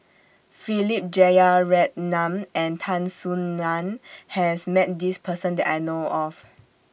Philip Jeyaretnam and Tan Soo NAN has Met This Person that I know of